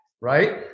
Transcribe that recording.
right